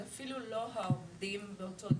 זה אפילו העובדים באותו דירוג,